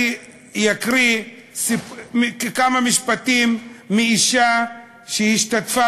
אני אקרא כמה משפטים של אישה שהשתתפה